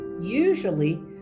usually